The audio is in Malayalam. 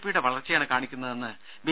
പിയുടെ വളർച്ചയാണ് കാണിക്കുന്നതെന്ന് ബി